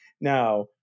Now